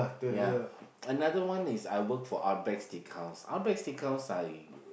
ya another one is I work for Outback-Steakhouse I